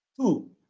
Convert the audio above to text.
two